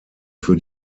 für